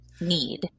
need